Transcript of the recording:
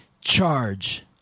charge